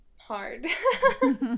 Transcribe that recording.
hard